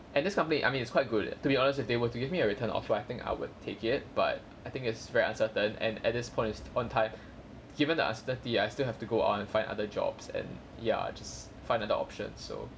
and this company I mean it's quite good to be honest if they were to give me a return offer I think I would take it but I think it's very uncertain and at this point of time given the uncertainty I still have to go out and find other jobs and ya just find another option so